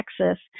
Texas